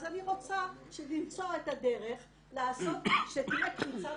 אז אני רוצה למצוא את הדרך לעשות שתהיה קפיצת